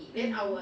mm